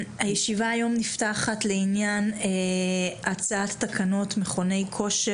הישיבה היום נפתחת לעניין הצעת תקנות מכוני כושר